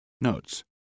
Notes